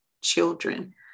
children